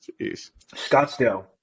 Scottsdale